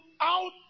out